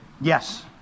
yes